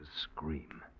scream